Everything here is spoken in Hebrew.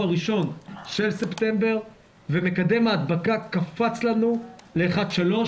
הראשון של ספטמבר ומקדם ההדבקה קפץ ל-1.3,